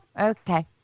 okay